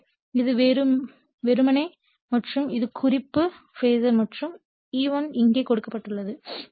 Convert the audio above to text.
எனவே இது வெறுமனே மற்றும் இது குறிப்பு பேஸர் மற்றும் E1 இங்கே கொடுக்கப்பட்டுள்ளது